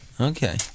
Okay